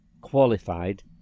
qualified